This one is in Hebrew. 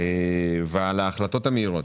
ועל ההחלטות המהירות.